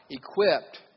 equipped